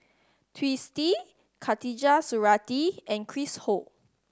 Twisstii Khatijah Surattee and Chris Ho